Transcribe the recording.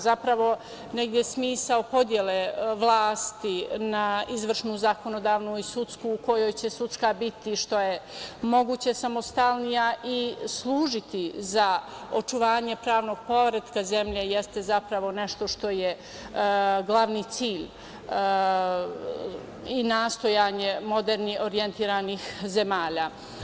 Zapravo, negde smisao podele vlasti na izvrnu, zakonodavnu i sudsku, u kojoj će sudska biti što je moguće samostalnija i služiti za očuvanje pravnog poretka zemlje, jeste zapravo nešto što je glavni cilj i nastojanje moderno orijentisanih zemalja.